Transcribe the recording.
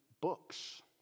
books